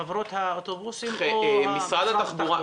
חברות האוטובוסים או משרד התחבורה?